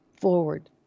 forward